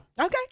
Okay